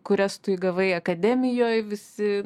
kurias tu įgavai akademijoj visi